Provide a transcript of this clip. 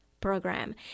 program